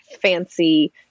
fancy